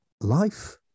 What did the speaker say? life